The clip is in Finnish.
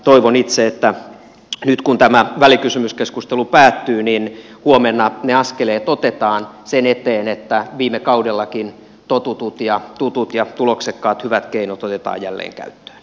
toivon itse että nyt kun tämä välikysymyskeskustelu päättyy huomenna ne askeleet otetaan sen eteen että viime kaudellakin totutut ja tutut ja tuloksekkaat hyvät keinot otetaan jälleen käyttöön